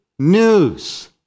news